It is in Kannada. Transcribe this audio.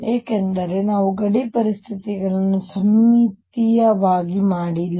ಏಕೆಂದರೆ ನಾವು ಗಡಿ ಪರಿಸ್ಥಿತಿಗಳನ್ನು ಸಮ್ಮಿತೀಯವಾಗಿ ಮಾಡಿಲ್ಲ